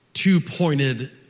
two-pointed